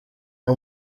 nta